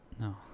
No